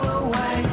away